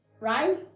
Right